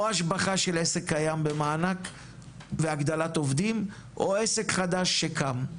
או השבחה של עסק קיים במענק והגדלת עובדים או עסק חדש שקם.